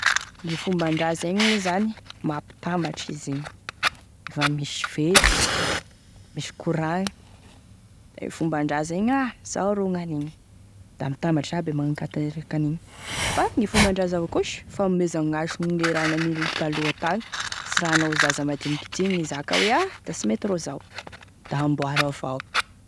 Gne fombandraza igny moa zany, mampitambatry izy igny, lefa misy fety, misy koragny, da e fombandraza igny e misy hoe izao rô gn'anigny da mitambatry aby e magnatanteraky an'igny fa gne fombandraza avao koa sa fanomezagn'hasy gne raha nanin'olo taloha tagny sy raha anao zaza mandiniky ty ny hizaka hoe da sy mety ro zao, da amboaro avao.